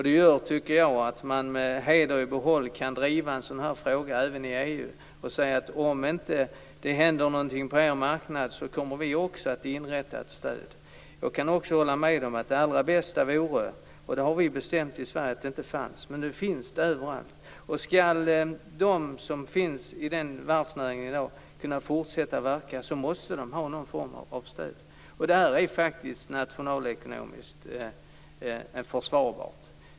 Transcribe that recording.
Det gör, tycker jag, att man med heder i behåll kan driva en sådan här fråga i EU och säga: Om det inte händer något på er marknad kommer vi också att inrätta ett stöd. Vi har bestämt i Sverige att det inte finns, men nu finns det överallt. Skall de som finns i varvsnäringen i dag kunna fortsätta att verka måste de ha någon form av stöd. Det är faktiskt nationalekonomiskt försvarbart.